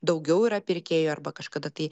daugiau yra pirkėjų arba kažkada tai